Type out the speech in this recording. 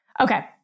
Okay